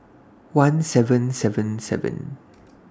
one seven seven seven